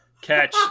Catch